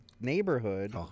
neighborhood